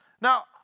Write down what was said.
Now